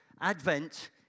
Advent